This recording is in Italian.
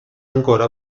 ancora